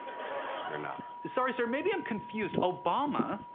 we're not. sorry, sir. maybe i'm confused. obama